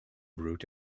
brewed